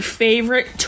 favorite